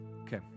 Okay